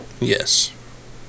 Yes